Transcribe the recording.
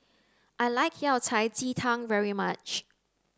I like Yao Cai Ji Tang very much